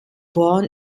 born